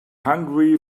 hungry